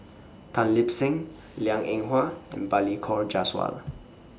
Tan Lip Seng Liang Eng Hwa and Balli Kaur Jaswal